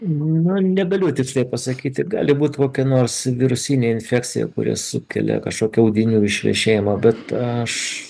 nu negaliu tiksliai pasakyti gali būti kokia nors virusinė infekcija kuri sukelia kažkokių audinių išvešėjimą bet aš